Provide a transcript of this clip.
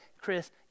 Chris